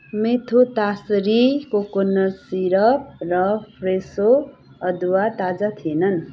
मेथु ताइसेरी coconut syrup र फ्रेसो अदुवा ताजा थिएनन्